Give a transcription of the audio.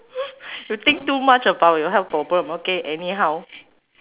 you think too much about your health problem okay anyhow